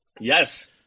Yes